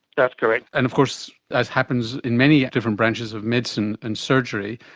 that's correct. and of course, as happens in many different branches of medicine and surgery,